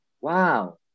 wow